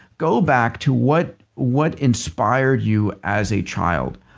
go back to what what inspired you as a child.